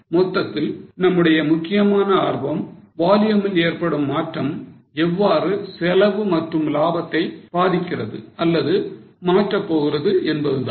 மொத்தத்தில் நம்முடைய முக்கியமான ஆர்வம் volume ல் ஏற்படும் மாற்றம் எவ்வாறு செலவு மற்றும் இலாபத்தை பாதிக்கிறது அல்லது மாற்றப் போகிறது என்பதுதான்